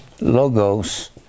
logos